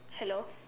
hello